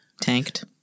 tanked